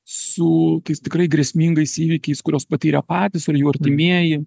su tais tikrai grėsmingais įvykiais kuriuos patyrė patys ar jų artimieji